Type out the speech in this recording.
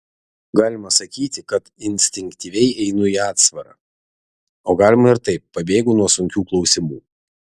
galima sakyti kad instinktyviai einu į atsvarą o galima ir taip pabėgu nuo sunkių klausimų